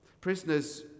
Prisoners